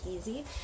easy